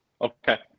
okay